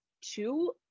two